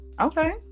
Okay